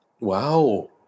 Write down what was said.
Wow